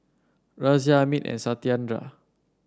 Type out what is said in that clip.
Razia Amit and Satyendra